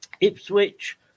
Ipswich